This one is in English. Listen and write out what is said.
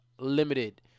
limited